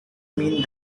meant